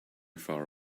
far